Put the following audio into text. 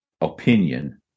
opinion